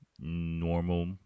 normal